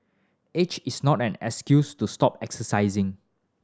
age is not an excuse to stop exercising